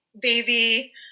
baby